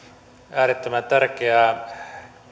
äärettömän tärkeää